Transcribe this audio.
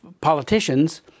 politicians